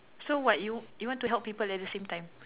so what you you want to help people at the same time